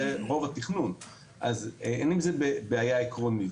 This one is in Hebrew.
זה רוב התכנון אז אין עם זה בעיה עקרונית.